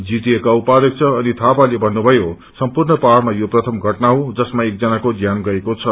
GTA का उपाध्यक्ष अनित थापाले भन्नुभयो सम्पूर्ण पहाइमा यो प्रामि घटना को जसमा एकजनाको ज्यान गएको छ